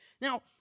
Now